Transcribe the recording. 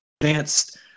advanced